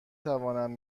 توانم